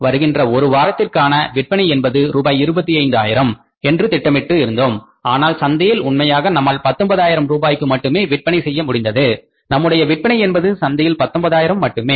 வருகின்ற ஒரு வாரத்திற்கான விற்பனை என்பது ரூபாய் 25 ஆயிரம் என்று திட்டமிட்டு இருந்தோம் ஆனால் சந்தையில் உண்மையாக நம்மால் 19 ஆயிரம் ரூபாய்க்கு மட்டுமே விற்பனை செய்ய முடிந்தது நம்முடைய விற்பனை என்பது சந்தையில் 19 ஆயிரம் மட்டுமே